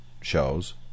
shows